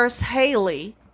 Haley